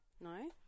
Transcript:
No